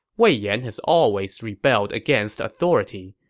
wei yan has always rebelled against authority.